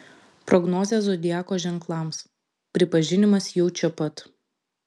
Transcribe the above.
prognozė zodiako ženklams pripažinimas jau čia pat